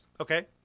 Okay